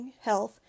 health